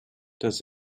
does